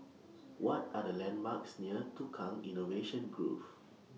What Are The landmarks near Tukang Innovation Grove